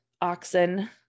oxen